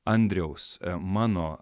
andriaus mano